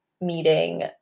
meeting